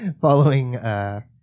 following